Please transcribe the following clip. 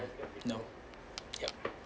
no yup